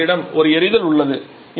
இங்கே எங்களிடம் ஒரு எரிதல் உள்ளது